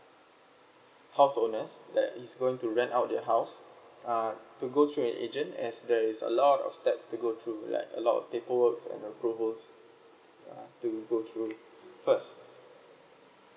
house owners that is going to rent out their house uh to go through an agent as there's a lot of steps to go through like a lot of paperworks and approvals uh to go through first